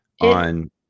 on